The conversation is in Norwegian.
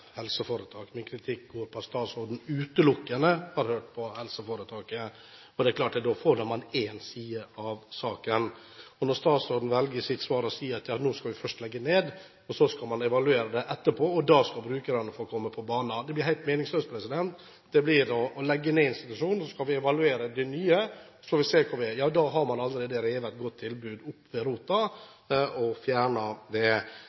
på helseforetaket, og det er klart at da får man bare én side av saken. Når statsråden i sitt svar velger å si at nå skal vi først legge ned, og så skal man evaluere det etterpå, og da skal brukerne få komme på banen, blir det helt meningsløst. Det blir da å legge ned institusjonen, så skal vi evaluere den nye, og så får vi se hvor vi er. Ja, da har man allerede revet et godt tilbud opp med roten og fjernet det.